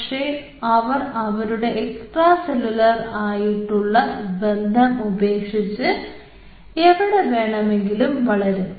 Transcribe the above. പക്ഷേ അവർ അവരുടെ എക്സ്ട്രാ സെല്ലുലാർ ആയിട്ടുള്ള ബന്ധം ഉപേക്ഷിച്ച് എവിടെ വേണമെങ്കിലും വളരും